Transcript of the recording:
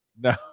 No